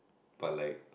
but like